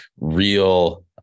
real